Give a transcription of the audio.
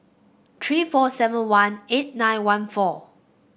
three four seven one eight nine one four